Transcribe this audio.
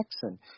Jackson